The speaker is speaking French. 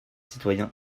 citoyen